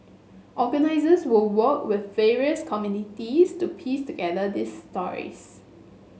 organisers will work with various communities to piece together these stories